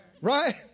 Right